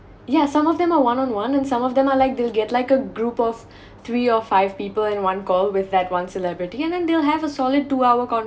yeah some of them are one on one and some of them are like they'll get like a group of three or five people in one call with that one celebrity and then they'll have a solid two hour